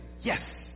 yes